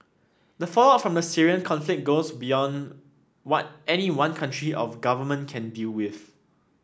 the fallout from the Syrian conflict goes beyond what any one country or government can deal with